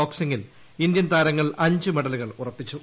ബോക്സിങ്ങിൽ Indian താരങ്ങൾ അഞ്ച് മെഡലുകൾ ഉറപ്പിച്ചു